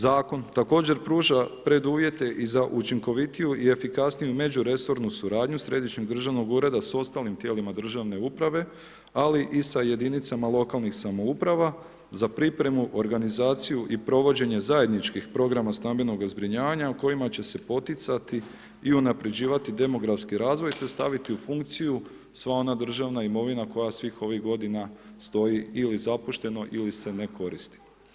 Zakon također pruža preduvjete za učinkovitiju i efikasniju međuresornu suradnju središnjeg državnog ureda sa ostalim tijelima državne uprave, ali i sa jedinicama lokalnih samouprava za pripremu, organizaciju i provođenje zajedničkih programa stambenoga zbrinjavanja u kojima će se poticati i unapređivati demografski razvoj te staviti u funkciju sva ona državna imovina koja svih ovih godina stoji ili zapušteno ili se ne koristi.